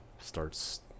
starts